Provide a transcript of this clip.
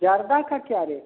ज़र्दा का क्या रेट है